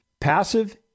passive